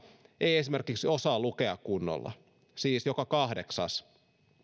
ei esimerkiksi osaa lukea kunnolla siis joka kahdeksas